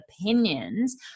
opinions